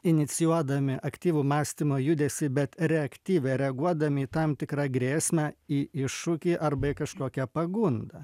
inicijuodami aktyvų mąstymo judesį bet reaktyviai reaguodami į tam tikrą grėsmę į iššūkį arba į kažkokią pagundą